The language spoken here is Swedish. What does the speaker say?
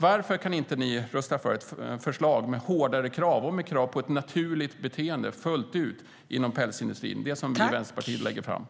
Varför kan ni inte rösta för ett förslag med hårdare krav och med krav på ett naturligt beteende hos minkarna inom pälsindustrin, enligt det förslag som Vänsterpartiet lägger fram?